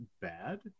bad